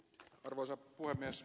arvoisa puhemies